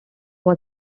was